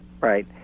right